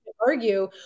argue